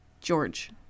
George